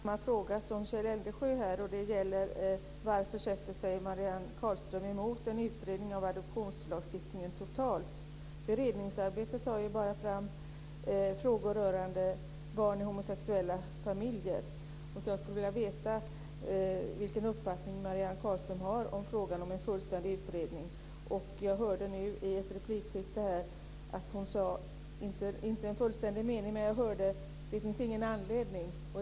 Herr talman! Jag hade egentligen samma fråga som Kjell Eldensjö. Varför motsätter sig Marianne Carlström en utredning av hela adoptionslagstiftningen? Beredningsarbetet tar bara fram frågor rörande barn i homosexuella familjer. Jag skulle vilja veta vilken uppfattning Marianne Carlström har om en fullständig utredning. Jag hörde nyss i ett replikskifte att Marianne Carlström sade: Det finns ingen anledning.